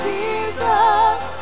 Jesus